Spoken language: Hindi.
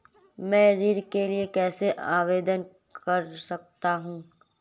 मैं ऋण के लिए कैसे आवेदन कर सकता हूं?